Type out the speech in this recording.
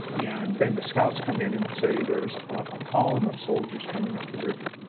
and then the scouts come in and say there's a column of soldiers coming up the river.